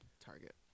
target